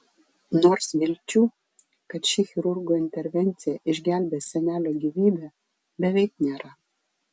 nors vilčių kad ši chirurgo intervencija išgelbės senelio gyvybę beveik nėra